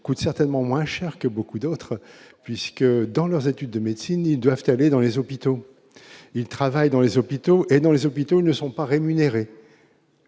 coûte certainement moins cher que beaucoup d'autres, puisque dans leurs études de médecine, ils doivent aller dans les hôpitaux, il travaille dans les hôpitaux et dans les hôpitaux ne sont pas rémunérés,